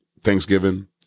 Thanksgiving